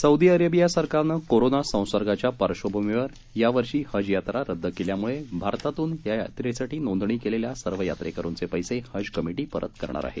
Saudi Arabia सरकारनं corona संसर्गाच्या पार्श्वभूमीवर या वर्षी हज यात्रा रद्द केल्यामुळे भारतातून या यात्रेसाठी नोंदणी केलेल्या सर्व यात्रेकरुंचे पैसे हज कमिटी परत करणार आहे